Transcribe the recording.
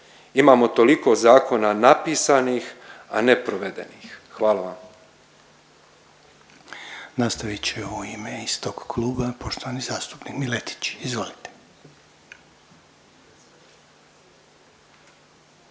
Imamo toliko zakona napisanih, a ne provedenih. Hvala vam. **Reiner, Željko (HDZ)** Nastavit će u ime istog kluba poštovani zastupnik Miletić. Izvolite.